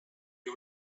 you